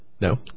No